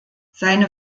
seine